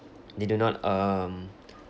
they do not um